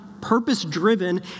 purpose-driven